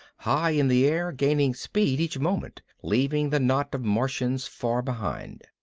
high in the air, gaining speed each moment, leaving the knot of martians far behind.